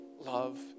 love